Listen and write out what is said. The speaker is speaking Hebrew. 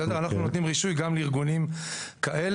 אנחנו נותנים רישוי גם לארגונים כאלה.